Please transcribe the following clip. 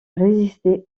résister